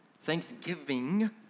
thanksgiving